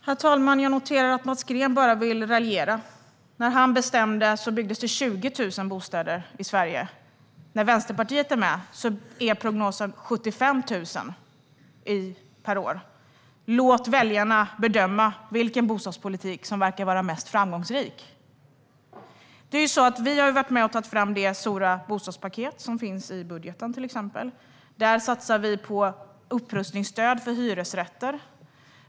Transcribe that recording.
Herr talman! Jag noterar att Mats Green bara vill raljera. När han bestämde byggdes det 20 000 bostäder i Sverige. När Vänsterpartiet är med är prognosen 75 000 per år. Låt väljarna bedöma vilken bostadspolitik som verkar mest framgångsrik! Vi har varit med om att ta fram det stora bostadspaket som finns i budgeten. Där satsar vi på upprustningsstöd för hyresrätter.